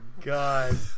God